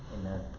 Amen